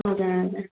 हजुर हजुर